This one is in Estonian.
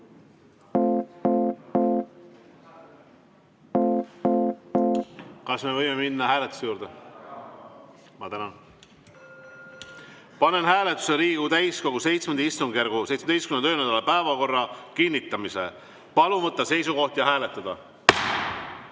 Kas me võime minna hääletuse juurde? Ma tänan. Panen hääletusele Riigikogu täiskogu VII istungjärgu 17. töönädala päevakorra kinnitamise. Palun võtta seisukoht ja hääletada!